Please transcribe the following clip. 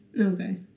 Okay